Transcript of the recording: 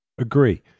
Agree